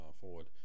forward